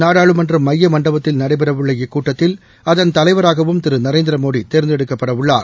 நாடாளுமன்ற மைய மண்டபத்தில் நடைபெறவுள்ள இக்கூட்டத்தில் அத்ன தலைவராகவும் திரு நரேந்திரமோடி தேர்ந்தெடுக்கப்படவுள்ளார்